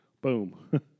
boom